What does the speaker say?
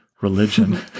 religion